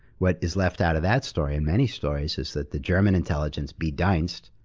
what is left out of that story, and many stories, is that the german intelligence, b-dienst,